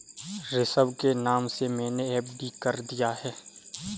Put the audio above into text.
ऋषभ के नाम से मैने एफ.डी कर दिया है